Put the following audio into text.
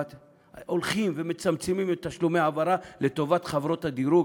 הולכים ומצמצמים את תשלומי ההעברה לטובת חברות הדירוג,